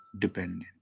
dependent